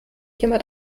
jemand